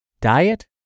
diet